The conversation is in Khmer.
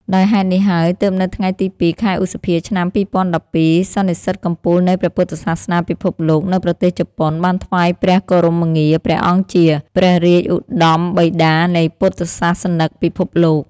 ដោយហេតុនេះហើយ ទើបនៅថ្ងៃទី០២ ខែឧសភា ឆ្នាំ២០១២ សន្និសីទកំពូលនៃព្រះពុទ្ធសាសនាពិភពលោកនៅប្រទេសជប៉ុន បានថ្វាយព្រះគោរមងារព្រះអង្គជា «ព្រះរាជឧត្ដមបិតានៃពុទ្ធសាសនិកពិភពលោក»។